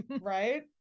right